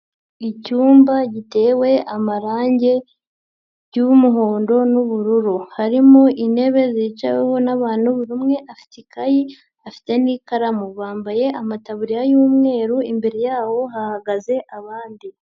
Icyumba gitewe amarangi y'umuhondo n'ubururu, harimo intebe zicawemo n'abantu buri umwe afite ikayi, afite n'ikaramu, bambaye amataburiya y'umweru imbere yabo hahagaze abandi.